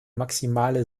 maximale